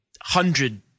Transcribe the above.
hundred